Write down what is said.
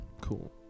Cool